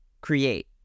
create